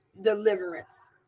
deliverance